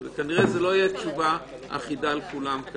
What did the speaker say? זאת כנראה לא תהיה תשובה אחידה לכולם.